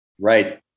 Right